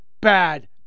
bad